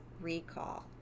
recall